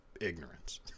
ignorance